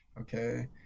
okay